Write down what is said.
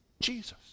Jesus